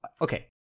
Okay